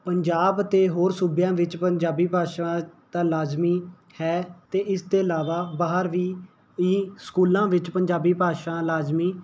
ਪੰਜਾਬ ਅਤੇ ਹੋਰ ਸੂਬਿਆਂ ਵਿੱਚ ਪੰਜਾਬੀ ਭਾਸ਼ਾ ਤਾਂ ਲਾਜ਼ਮੀ ਹੈ ਅਤੇ ਇਸ ਤੋਂ ਇਲਾਵਾ ਬਾਹਰ ਵੀ ਈ ਸਕੂਲਾਂ ਵਿੱਚ ਪੰਜਾਬੀ ਭਾਸ਼ਾ ਲਾਜ਼ਮੀ